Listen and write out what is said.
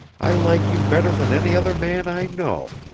i like you better than any other man i know.